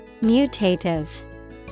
Mutative